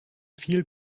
viel